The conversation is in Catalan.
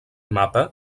mapa